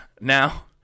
Now